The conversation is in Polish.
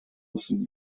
osób